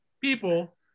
people